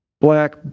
black